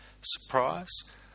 Surprise